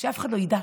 שאף אחד לא ידע.